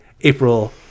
April